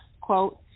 quote